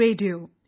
Radio